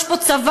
יש פה צבא,